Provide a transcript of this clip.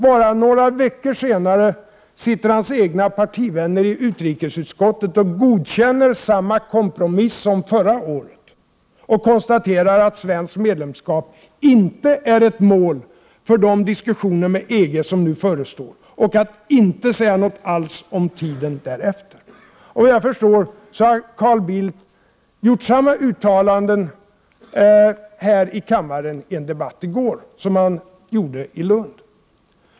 Bara några veckor senare sitter hans egna partivänner i utrikesutskottet och godkänner samma kompromiss som förra året och konstaterar att svenskt medlemskap inte är ett mål för de diskussioner med EG som nu förestår och att man inte skall säga något alls om tiden därefter. Såvitt jag förstår gjorde Carl Bildt samma uttalanden i en debatt här i kammaren i går som han gjorde i Lund.